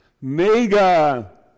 mega